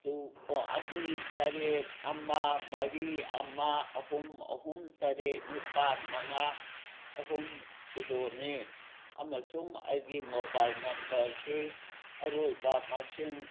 two ꯑꯣ ꯑꯅꯤ ꯇꯔꯦꯠ ꯑꯃ ꯃꯔꯤ ꯑꯃ ꯑꯍꯨꯝ ꯑꯍꯨꯝ ꯇꯔꯦꯠ ꯅꯤꯄꯥꯜ ꯃꯉꯥ ꯑꯍꯨꯝ ꯁꯤꯅꯣꯅꯤ ꯑꯃꯁꯨꯡ ꯑꯩꯒꯤ ꯃꯣꯕꯥꯏꯜ ꯅꯝꯕꯔꯒꯤ ꯑꯔꯣꯏꯕ ꯃꯁꯤꯡ